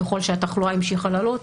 ככל שהתחלואה המשיכה לעלות,